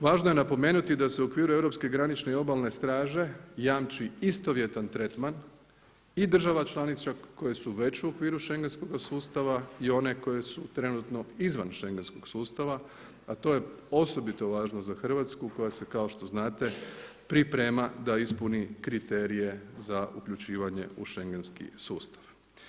Važno je napomenuti i da se u okviru europske granične i obalne straže jamči istovjetan tretman i država članica koje su već u okviru schengenskoga sustava i one koje su trenutno izvan schengenskog sustava, a to je osobito važno za Hrvatsku koja se kao što znate priprema da ispuni kriterije za uključivanje u schengenski sustav.